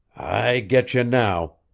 i getcha now!